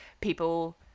people